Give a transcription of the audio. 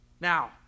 Now